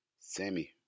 Sammy